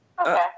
Okay